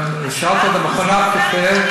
שאלת על מכונת קפה,